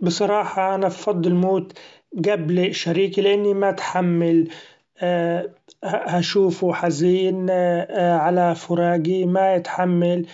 بصراحه أنا بفضل موت قبل شريكي لأني ما اتحمل اشوفو حزين علي فراقي ما اتحمل